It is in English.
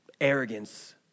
arrogance